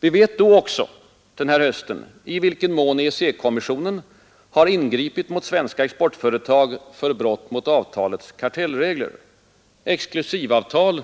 Vi vet då också — denna höst — i vilken mån EEC-kommissionen har ingripit mot svenska exportföretag för brott mot avtalets kartellregler. Exklusivavtal